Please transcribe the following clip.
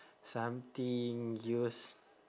something use~